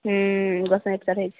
हूँ गोसाँइके चढ़ैत छै